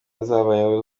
zabayeho